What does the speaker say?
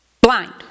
blind